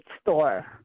store